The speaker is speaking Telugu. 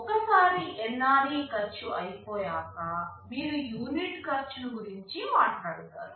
ఒకసారి NRE ఖర్చు అయిపోయాక మీరు యూనిట్ ఖర్చు గురించి మాట్లాడతారు